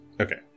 okay